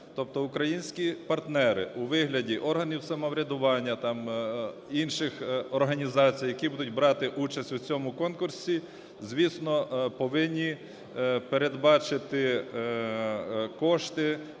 Тобто українські партнери у вигляді органів самоврядування там, інших організацій, які будуть брати участь у цьому конкурсі, звісно повинні передбачити кошти